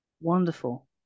wonderful